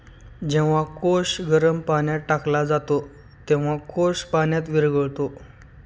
जेव्हा कोश गरम पाण्यात टाकला जातो, तेव्हा कोश पाण्यात विरघळतो